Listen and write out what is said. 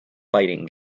fighting